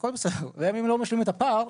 אם הם לא משלימים את הפער,